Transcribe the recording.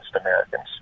Americans